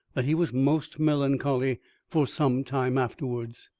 that he was most melancholy for some time afterwards.